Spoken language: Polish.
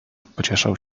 pocieszał